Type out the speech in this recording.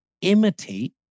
Imitate